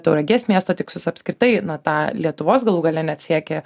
tauragės miesto tikslus apskritai na tą lietuvos galų gale net siekį